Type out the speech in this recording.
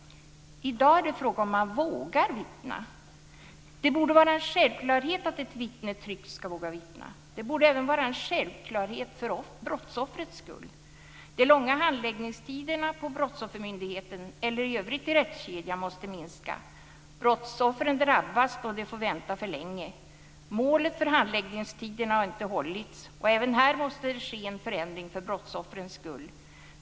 I dag är det frågan om man vågar vittna. Det borde vara en självklarhet att ett vittne tryggt ska våga vittna. Det borde även vara en självklarhet för brottsoffrets skull. De långa handläggningstiderna på Brottsoffermyndigheten eller i övrigt i rättskedjan måste minska. Brottsoffren drabbas då de får vänta för länge. Målet för handläggningstiderna har inte hållits. Även här måste det ske en förändring för brottsoffrens skull.